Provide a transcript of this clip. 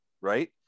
right